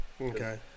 okay